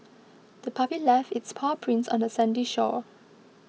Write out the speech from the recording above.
the puppy left its paw prints on the sandy shore